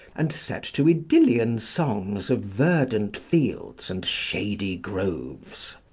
and set to idyllian songs of verdant fields and shady groves.